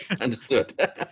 understood